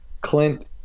Clint